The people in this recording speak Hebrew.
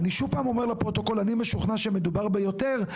אני שוב אומר לפרוטוקול: אני משוכנע שמדובר ביותר,